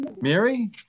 Mary